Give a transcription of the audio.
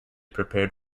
prepared